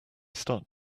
start